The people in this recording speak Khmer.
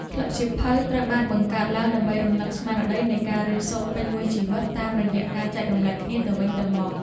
ក្លឹបសៀវភៅត្រូវបានបង្កើតឡើងដើម្បីរំលឹកស្មារតីនៃការរៀនសូត្រពេញមួយជីវិតតាមរយៈការចែករំលែកគ្នាទៅវិញទៅមក។